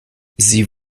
sie